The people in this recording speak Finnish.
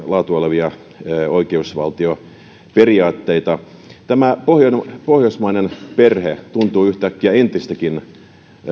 laatua olevia oikeusvaltioperiaatteita tämä pohjoismainen perhe tuntuu yhtäkkiä entistäkin